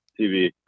TV